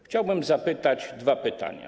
Chciałbym zadać dwa pytania.